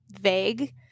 vague